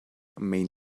may